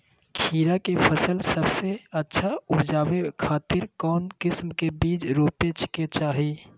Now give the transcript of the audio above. खीरा के फसल सबसे अच्छा उबजावे खातिर कौन किस्म के बीज रोपे के चाही?